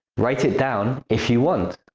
write it down if you want.